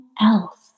else